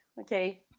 okay